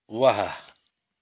वाह